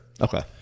Okay